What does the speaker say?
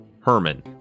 Herman